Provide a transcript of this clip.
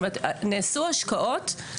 לצערנו,